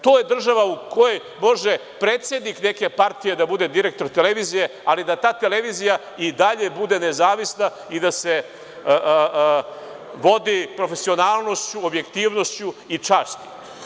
To je država u kojoj može predsednik neke partije da bude direktor televizije, ali da ta televizija i dalje bude nezavisna i da se vodi profesionalnošću, objektivnošću i čašću.